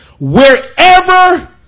Wherever